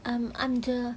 um I'm the